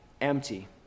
empty